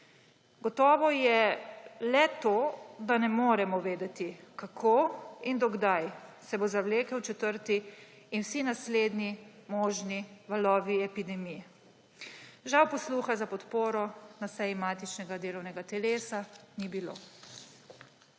Gotovo je le to, da ne moremo vedeti, kako in do kdaj se bo zavlekel četrti val in vsi naslednji možni valovi epidemije. Žal posluha za podporo na seji matičnega delovnega telesa ni bilo.